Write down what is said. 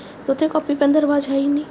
ਤਾਂ ਉੱਥੇ copy pen ਦਾ ਰਿਵਾਜ਼ ਹੈ ਹੀ ਨਹੀਂ